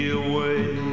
away